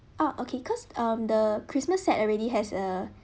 ah okay because of mm the christmas set already has a